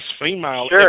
female